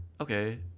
okay